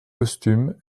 costumes